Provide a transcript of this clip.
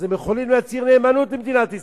אז הם יכולים להצהיר נאמנות למדינת ישראל,